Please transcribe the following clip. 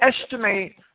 estimate